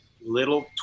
little